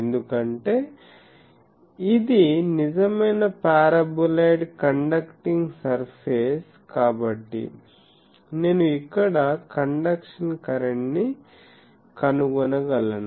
ఎందుకంటే ఇది నిజమైన పారాబొలాయిడ్ కండక్టింగ్ సర్ఫేస్ కాబట్టి నేను ఇక్కడ కండెక్షన్ కరెంట్ ని కనుగొనగలను